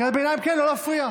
קריאת ביניים כן, לא להפריע.